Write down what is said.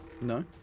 No